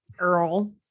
Earl